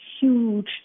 huge